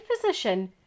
physician